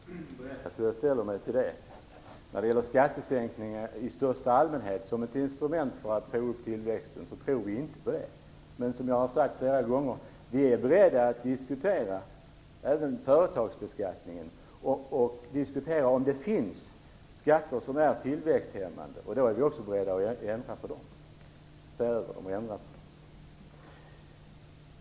Fru talman! Jag trodde jag hade berättat hur jag ställer mig till det. När det gäller skattesänkning i största allmänhet som ett instrument för att få upp tillväxten så tror vi inte på det. Men som jag har sagt flera gånger så är vi beredda att diskutera även företagsbeskattningen och se om det finns skatter som är tillväxthämmande. Vi är i så fall beredda att se över dem och kanske ändra på dem.